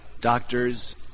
doctors